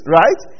right